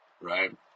right